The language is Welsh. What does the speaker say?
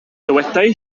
dywedai